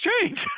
change